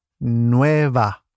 nueva